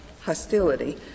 hostility